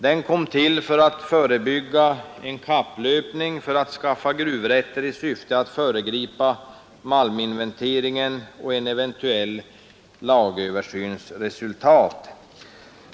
Den kom till för att förebygga en kapplöpning för att skaffa gruvrätter i syfte att föregripa resultaten av malminventeringen och en eventuell lagöversyn.